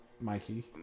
mikey